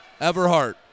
Everhart